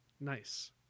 Nice